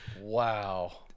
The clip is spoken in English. Wow